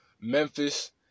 Memphis